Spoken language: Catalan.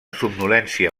somnolència